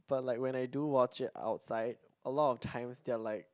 but like when I do watch it outside a lot of times they are like